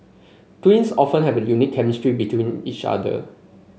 twins often have a unique chemistry between each other